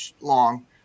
long